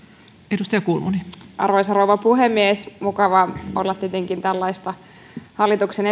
arvoisa arvoisa rouva puhemies mukava tietenkin olla käsittelemässä tällaista hallituksen